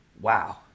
Wow